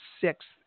sixth